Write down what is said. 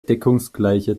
deckungsgleiche